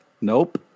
Nope